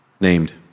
named